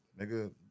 nigga